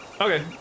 okay